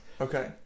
Okay